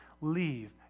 leave